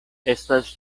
estas